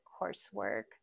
coursework